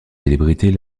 célébrités